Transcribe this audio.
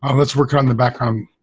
um let's work on the background.